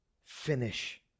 finish